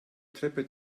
treppe